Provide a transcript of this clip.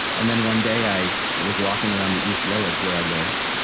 and then one day, i was walking around the east village, where i lived,